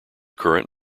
current